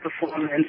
performance